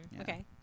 Okay